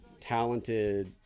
talented